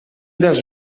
dels